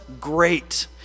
great